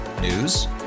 news